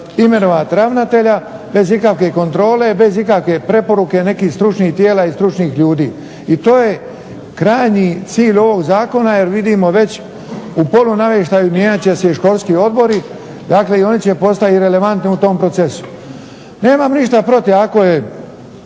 imenovati ravnatelja bez ikakve kontrole, bez ikakve preporuke, nekih stručnih tijela i nekih stručnih ljudi. I to je krajnji cilj ovog zakona jer vidimo već u polunajveštaju mijenjat će se i Školski odbori, dakle i oni će postati relevantni u tom procesu. Nemam ništa protiv ako je